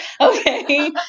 Okay